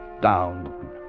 Down